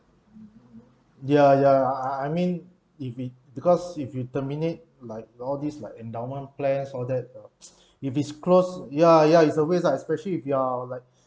ya ya I I mean if it because if you terminate like all these like endowment plans all that if it's closed ya ya it's a waste lah especially if you're like